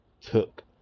took